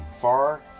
Far